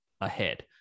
ahead